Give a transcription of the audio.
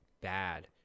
bad